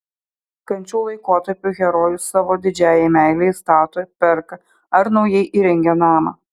kančių laikotarpiu herojus savo didžiajai meilei stato perka ar naujai įrengia namą